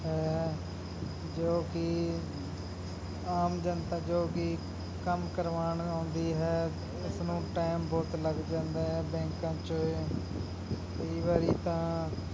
ਹੈ ਜੋ ਕਿ ਆਮ ਜਨਤਾ ਜੋ ਕਿ ਕੰਮ ਕਰਵਾਉਣ ਆਉਂਦੀ ਹੈ ਉਸਨੂੰ ਟਾਈਮ ਬਹੁਤ ਲੱਗ ਜਾਂਦਾ ਹੈ ਬੈਂਕਾਂ 'ਚ ਕਈ ਵਾਰੀ ਤਾਂ